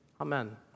Amen